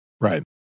Right